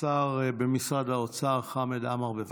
השר במשרד האוצר חמד עמאר, בבקשה.